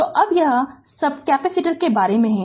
तो अब यह सब कैपेसिटर के बारे में है